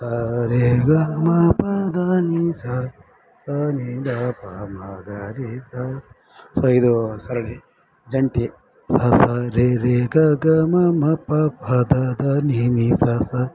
ಸ ರೀ ಗ ಮ ಪ ದ ನಿ ಸ ಸ ನಿ ದ ಮ ಗ ರಿ ಸ ಸೊ ಇದು ಸರಣಿ ಜಂಟಿ ಸ ಸ ರಿ ರಿ ಗ ಗ ಮ ಮ ಪ ಪ ದ ದ ನಿ ನಿ ಸ ಸ